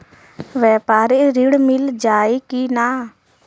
व्यापारी ऋण मिल जाई कि ना?